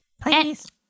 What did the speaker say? Please